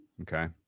Okay